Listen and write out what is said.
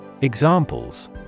Examples